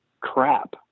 crap